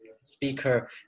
speaker